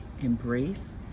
embrace